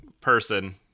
person